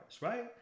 right